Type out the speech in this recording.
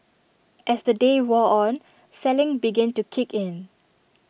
as the day wore on selling began to kick in